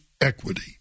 equity